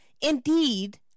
indeed